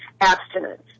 abstinence